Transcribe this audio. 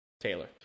Taylor